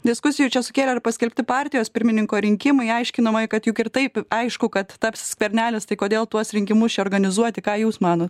diskusijų čia sukėlė ir paskelbti partijos pirmininko rinkimai aiškinama kad juk ir taip aišku kad taps skvernelis tai kodėl tuos rinkimus čia organizuoti ką jūs manot